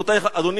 אדוני